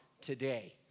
today